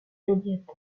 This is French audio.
joliette